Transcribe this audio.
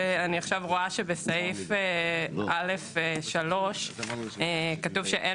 אני עכשיו רואה שבפסקה (א)(3) כתוב "אין